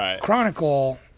Chronicle